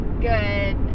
good